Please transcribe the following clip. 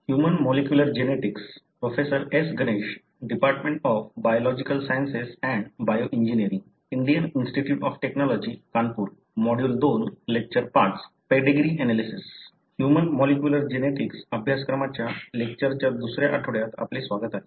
human molecular genetics अभ्यासक्रमाच्या लेक्चरच्या दुसऱ्या आठवड्यात आपले स्वागत आहे